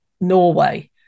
Norway